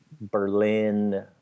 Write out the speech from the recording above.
berlin